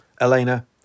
Elena